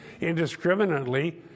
indiscriminately